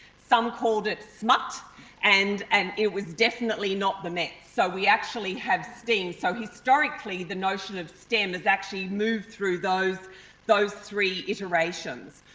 some called it smut and and it was definitely not the mets. so, we actually have steam. so, historically the notion of stem has actually moved through those those three iterations.